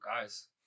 guys